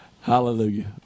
hallelujah